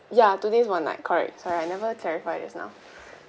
ya two days one night correct sorry I never clarify just now